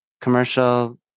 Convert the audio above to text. commercial